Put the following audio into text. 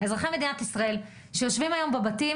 אזרחי מדינת ישראל שיושבים היום בבתים